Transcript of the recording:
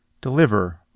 deliver